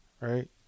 right